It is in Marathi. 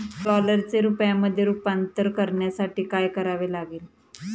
डॉलरचे रुपयामध्ये रूपांतर करण्यासाठी काय करावे लागेल?